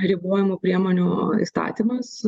ribojimo priemonių įstatymas